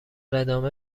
ادامه